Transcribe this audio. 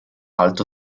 alto